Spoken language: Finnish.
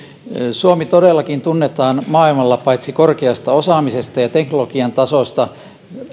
suomi todellakin tunnetaan maailmalla paitsi korkeasta osaamisesta ja teknologian tasosta